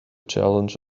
challenge